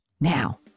Now